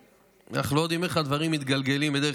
אנחנו לא יודעים איך הדברים מתגלגלים בדרך